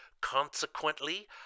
Consequently